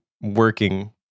working